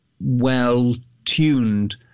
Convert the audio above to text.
well-tuned